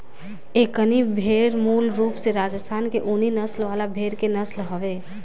दक्कनी भेड़ मूल रूप से राजस्थान के ऊनी नस्ल वाला भेड़ के नस्ल हवे